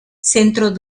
centro